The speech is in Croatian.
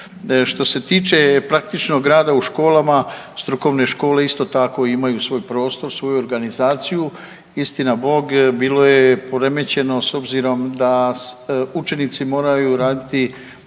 Što se tiče praktičnog rada u školama strukovne škole isto tako imaju svoj prostor, svoju organizaciju. Istina Bog bilo je poremećeno s obzirom da učenici moraju raditi